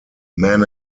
men